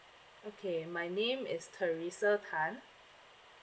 okay my name is teresa tan